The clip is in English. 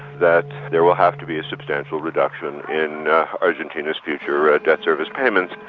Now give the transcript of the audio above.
that there will have to be a substantial reduction in argentina's future ah debt service payments.